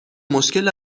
مشکل